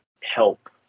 help